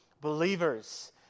believers